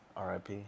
RIP